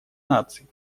наций